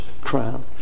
crown